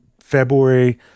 February